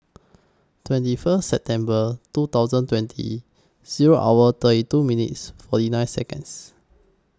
twenty First September two thousand twenty Zero hour thirty two minutes forty nine Seconds